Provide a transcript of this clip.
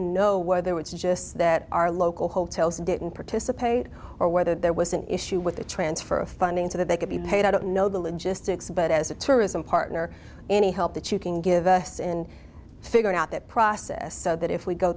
know whether it's just that our local hotels didn't participate or whether there was an issue with the transfer of funding so that they could be paid i don't know the logistics but as a tourism partner any help that you can give us in figuring out that process so that if we go